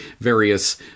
various